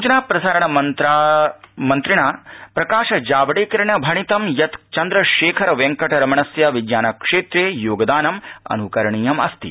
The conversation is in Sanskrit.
सूचना प्रसारणमंत्रिणा प्रकाशजावडेकरेण भणितं यत् चन्द्रशेखर वैंकटरमणस्य विज्ञानक्षेत्रे योगदानमनुकरणीयमस्ति